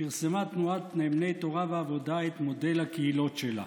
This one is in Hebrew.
פרסמה תנועת נאמני תורה ועבודה את מודל הקהילות שלה.